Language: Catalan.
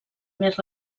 més